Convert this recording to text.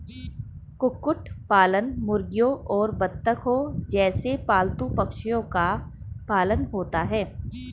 कुक्कुट पालन मुर्गियों और बत्तखों जैसे पालतू पक्षियों का पालन होता है